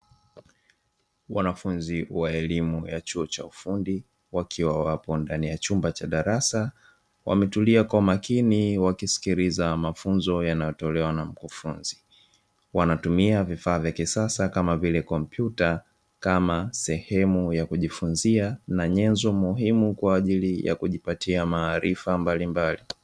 Wanafunzi wa elimu ya chuo cha ufundi wakiwa wapo ndani ya chumba cha darasa wametulia kwa makini, wakisikiliza mafunzo yanayotolewa na mkufunzi wanatumia vifaa vya kisasa kama vile kompyuta kama sehemu ya kujifunza na nyenzo muhimu, kwa ajili ya kujipatia maarifa mbalimbali.